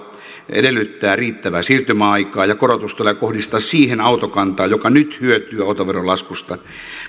edellyttää riittävää siirtymäaikaa ja korotus tulee kohdistaa siihen autokantaan joka nyt hyötyy autoveron laskusta